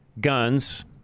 guns